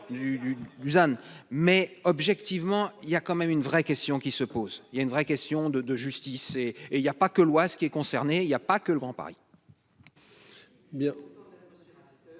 mais objectivement il y a quand même une vraie question qui se pose, il y a une vraie question de de justice et et il y a pas que l'Oise qui est concerné. Il y a pas que le Grand Paris.